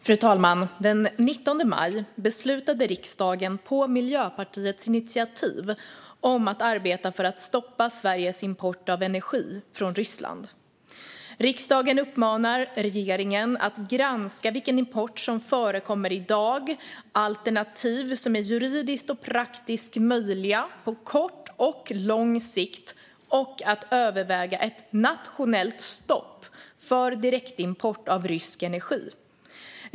Fru talman! Den 19 maj beslutade riksdagen på Miljöpartiets initiativ att arbeta för att stoppa Sveriges import av energi från Ryssland. Riksdagen uppmanade regeringen att granska vilken import som förekommer i dag och vilka alternativ som är juridiskt och praktiskt möjliga på kort och lång sikt och att överväga ett nationellt stopp för direktimport av rysk energi.